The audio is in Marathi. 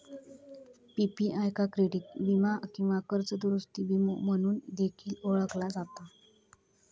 पी.पी.आय का क्रेडिट वीमा किंवा कर्ज दुरूस्ती विमो म्हणून देखील ओळखला जाता